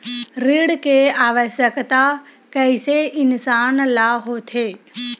ऋण के आवश्कता कइसे इंसान ला होथे?